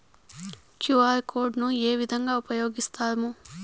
QR code ను ఏ విధంగా ఉపయగిస్తాము?